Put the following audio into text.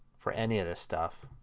for any of this stuff.